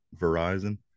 verizon